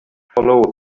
follow